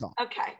Okay